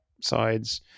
sides